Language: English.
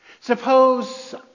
Suppose